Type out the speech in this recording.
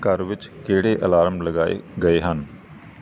ਘਰ ਵਿੱਚ ਕਿਹੜੇ ਅਲਾਰਮ ਲਗਾਏ ਗਏ ਹਨ